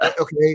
okay